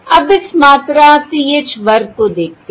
अब इस मात्रा PH वर्ग को देखते हैं